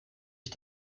ich